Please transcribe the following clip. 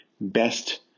best